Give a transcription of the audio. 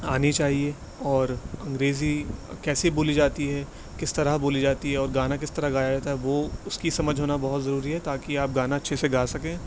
آنی چاہیے اور انگریزی کیسے بولی جاتی ہے کس طرح بولی جاتی ہے اور گانا کس طرح گایا جاتا ہے وہ اس کی سمجھ ہونا بہت ضروری ہے تاکہ آپ گانا اچھے سے گا سکیں